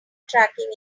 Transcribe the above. tracking